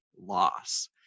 loss